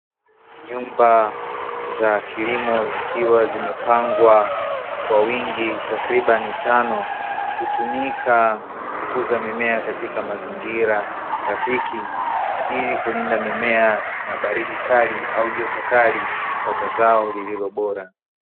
Nyumba za kilimo zikiwa zimepangwa kwa wingi takribani tano hutumika kukuza mimea katika mazingira rafiki, ili kulinda mimea na baridi kali au joto kali na kupata zao lililo bora.